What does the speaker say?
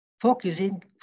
focusing